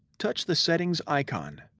touch the settings icon.